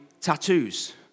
tattoos